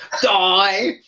Die